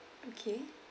okay